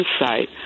insight